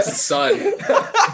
son